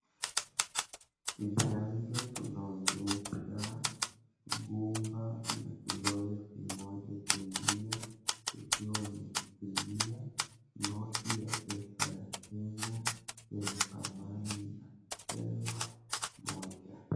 Kiganja kinaonyesha gumba na kidole kimoja kingine ikiwa imeshikilia noti ya pesa ya Kenya yenye thamani ya elfu moja.